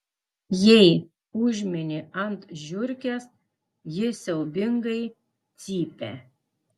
jei užmini ant žiurkės ji siaubingai cypia